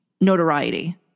notoriety